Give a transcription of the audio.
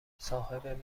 صاحب